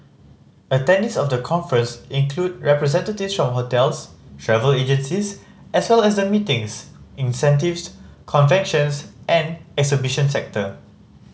attendees of the conference include representatives from hotels travel agencies as well as the meetings incentives conventions and exhibition sector